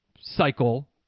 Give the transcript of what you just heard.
cycle